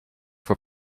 for